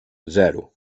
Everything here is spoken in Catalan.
zero